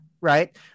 right